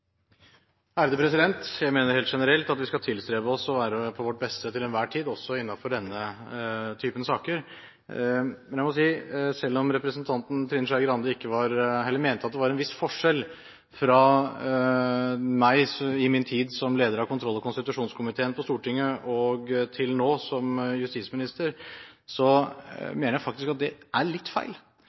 Jeg mener rent generelt at vi skal tilstrebe oss å være på vårt beste til enhver tid, også innenfor denne typen saker. Men når representanten Trine Skei Grande mente at det var en viss forskjell på meg fra min tid som leder av kontroll- og konstitusjonskomiteen på Stortinget og til nå, som justisminister, mener jeg faktisk er det er litt feil,